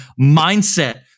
mindset